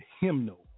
hymnal